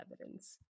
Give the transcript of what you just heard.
evidence